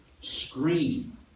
scream